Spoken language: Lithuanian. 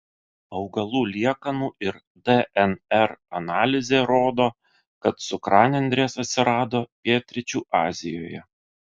augalų liekanų ir dnr analizė rodo kad cukranendrės atsirado pietryčių azijoje